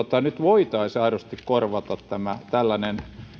nyt voitaisiin aidosti korvata tämä tällainen